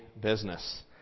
business